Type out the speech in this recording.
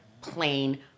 plain